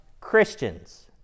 Christians